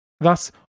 Thus